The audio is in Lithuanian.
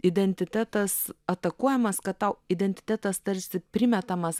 identitetas atakuojamas kad tau identitetas tarsi primetamas